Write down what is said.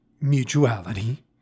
mutuality